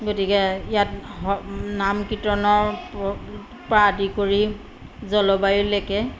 গতিকে ইয়াত হ নাম কীৰ্তনৰ প পৰা আদি কৰি জলবায়ুলৈকে